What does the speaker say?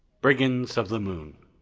brigands of the moon,